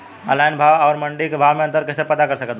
Online भाव आउर मंडी के भाव मे अंतर कैसे पता कर सकत बानी?